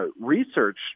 Research